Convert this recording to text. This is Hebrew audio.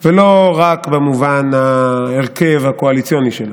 ולא רק במובן ההרכב הקואליציוני שלה.